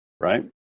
right